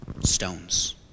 stones